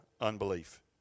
unbelief